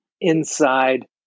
inside